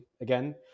again